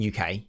UK